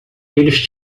eles